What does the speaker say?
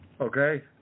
Okay